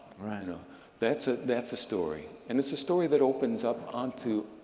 know. that's ah that's a story, and it's a story that opens up onto,